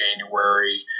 January